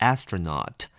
Astronaut